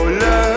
love